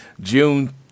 June